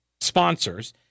Sponsors